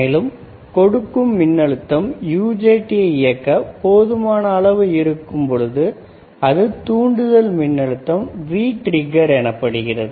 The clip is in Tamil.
மேலும் கொடுக்கும் மின்னழுத்தம் UJT யை இயக்க போதுமான அளவு இருக்கும் பொழுது அது தூண்டுதல் மின்னழுத்தம் V trigger எனப்படுகிறது